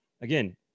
again